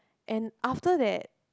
and after that